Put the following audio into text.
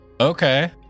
Okay